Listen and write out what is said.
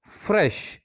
fresh